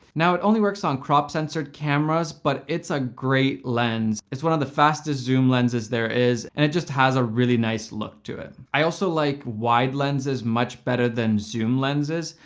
now it only works on crop sensor cameras, but it's a great lens. it's one of the fastest zoom lenses there is, and it just has a really nice look to it. i also like wide lenses much better than zoom lenses.